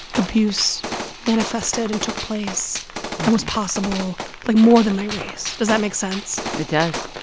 abuse manifested and took place and was possible, like, more than my race. does that make sense? it does